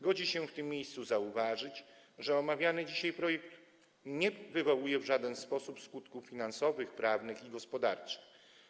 Godzi się w tym miejscu zauważyć, że omawiany dzisiaj projekt nie wywołuje w żaden sposób skutków finansowych, prawnych ani gospodarczych.